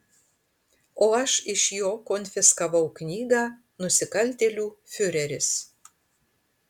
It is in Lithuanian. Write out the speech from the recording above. o aš iš jo konfiskavau knygą nusikaltėlių fiureris